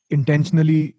Intentionally